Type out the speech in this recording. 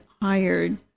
hired